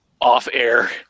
off-air